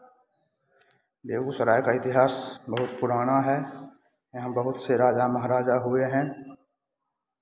बेगूसराय का इतिहास बहुत पुराना है यहाँ बहुत से राजा महाराजा हुए हैं